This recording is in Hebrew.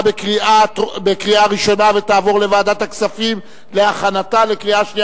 התשע"א 2011, לוועדת הכספים נתקבלה.